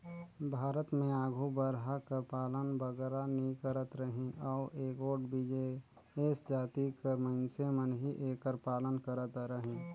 भारत में आघु बरहा कर पालन बगरा नी करत रहिन अउ एगोट बिसेस जाति कर मइनसे मन ही एकर पालन करत रहिन